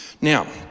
Now